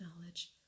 knowledge